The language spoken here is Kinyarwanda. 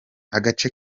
agace